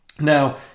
Now